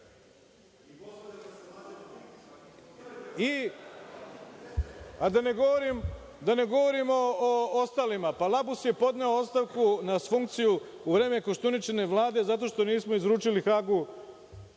I, da ne govorim o ostalima. Pa, Labus je podneo ostavku na funkciju u vreme Koštuničine vlade zato što nismo izručili Hagu